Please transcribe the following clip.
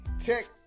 Check